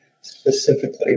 specifically